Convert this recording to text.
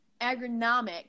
agronomic